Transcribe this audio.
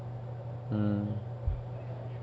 mm